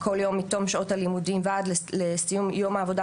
כל יום מתום שעות הלימודים ועד לסיום יום העבודה